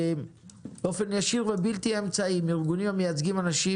באופן ישיר ובלתי אמצעי עם ארגונים המייצגים אנשים